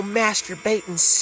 masturbating